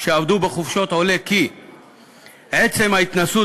שעבדו בחופשות עולה כי עצם ההתנסות